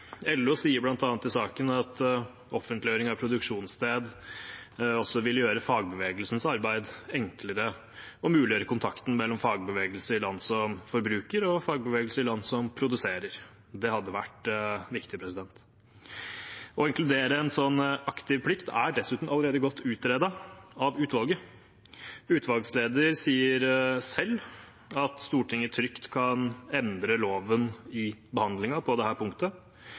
LO sier bl.a. i saken at offentliggjøring av produksjonssted også vil gjøre fagbevegelsens arbeid enklere og muliggjøre kontakten mellom fagbevegelser i land som forbruker, og fagbevegelser i land som produserer. Det hadde vært viktig. Å inkludere en sånn aktiv plikt er dessuten allerede godt utredet av utvalget. Utvalgsleder sier selv at Stortinget trygt kan endre loven i behandlingen på dette punktet, men det